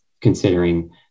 considering